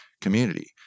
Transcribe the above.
community